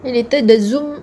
later the zoom